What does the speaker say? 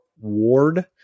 ward